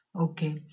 Okay